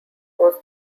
force